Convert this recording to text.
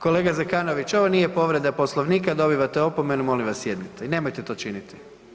Kolega Zekanović, ovo nije povreda Poslovnika, dobivate opomenu, molim vas, sjednite i nemojte to činiti.